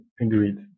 Agreed